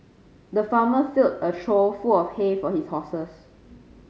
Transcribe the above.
the farmer filled a trough full of hay for his horses